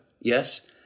Yes